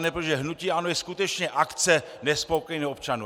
Protože hnutí ANO je skutečně akce nespokojených občanů.